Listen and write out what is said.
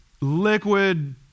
liquid